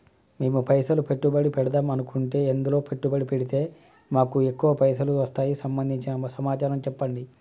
మేము పైసలు పెట్టుబడి పెడదాం అనుకుంటే ఎందులో పెట్టుబడి పెడితే మాకు ఎక్కువ పైసలు వస్తాయి సంబంధించిన సమాచారం చెప్పండి?